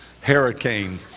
hurricane